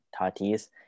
Tatis